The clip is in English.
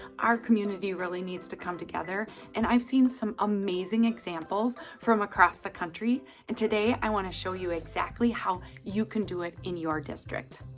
our community really needs to come together and i've seen some amazing examples from across the country and today, i wanna show you exactly how you can do it in your district.